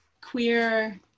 queer